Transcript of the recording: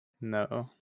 No